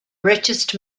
richest